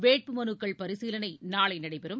வேட்புமலுக்கள் பரிசீலனை நாளை நடைபெறும்